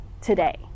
today